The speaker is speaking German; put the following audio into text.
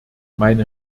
meine